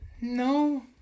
No